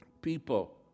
people